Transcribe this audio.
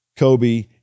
kobe